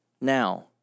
Now